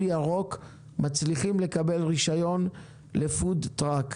ירוק מצליחים לקבל רישיון לפוד-טראק.